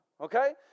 okay